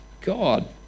God